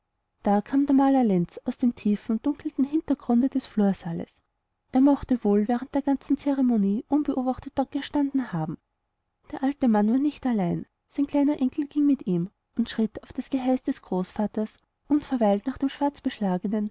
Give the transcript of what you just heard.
da kam der maler lenz aus dem tiefen dunkelnden hintergrunde des flursaales er mochte wohl während der ganzen zeremonie unbeachtet dort gestanden haben der alte mann war nicht allein sein kleiner enkel ging mit ihm und schritt auf das geheiß des großvaters unverweilt nach dem